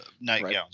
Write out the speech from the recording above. nightgowns